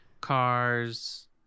cars